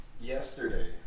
yesterday